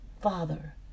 Father